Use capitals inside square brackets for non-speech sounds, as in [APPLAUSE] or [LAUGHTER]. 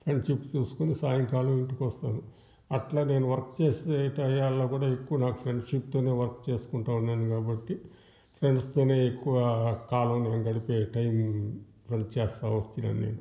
friendship చూసుకొని సాయంకాలం ఇంటికొస్తాను అట్లా నేను వర్క్ చేసే టైయాల్లో కూడా ఎక్కువ నాకు ఫ్రెండ్షిప్ తోనే వర్క్ చేసుకుంటున్నేను కాబట్టి ఫ్రెండ్స్ తోనే ఎక్కువ కాలం గడిపే టైం [UNINTELLIGIBLE] చేస్తా వస్తున్నేను నేను